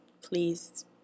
please